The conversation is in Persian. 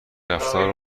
رفتار